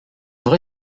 vrai